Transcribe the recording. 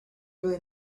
really